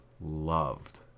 loved